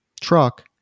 truck